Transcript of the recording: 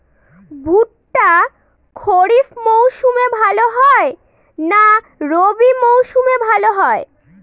ভুট্টা খরিফ মৌসুমে ভাল হয় না রবি মৌসুমে ভাল হয়?